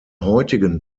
heutigen